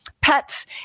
pets